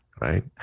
right